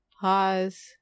Pause